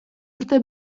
urte